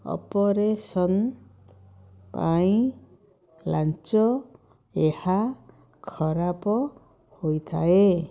operation ପାଇଁ ଲାଞ୍ଚ ଏହା ଖରାପ ହୋଇଥାଏ